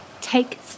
take